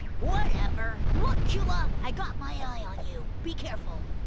whatever look cula! i got my eye on you! be careful.